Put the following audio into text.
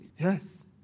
Yes